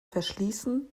verschließen